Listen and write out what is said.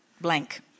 blank